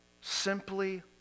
simply